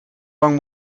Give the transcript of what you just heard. lang